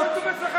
תגיד לי,